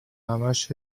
همهاش